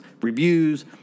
reviews